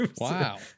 Wow